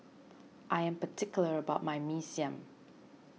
I am particular about my Mee Siam